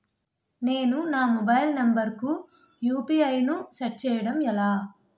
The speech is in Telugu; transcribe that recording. నేను నా మొబైల్ నంబర్ కుయు.పి.ఐ ను సెట్ చేయడం ఎలా?